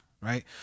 Right